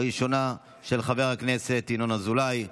הראשונה של חבר הכנסת ינון אזולאי,